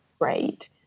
great